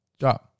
job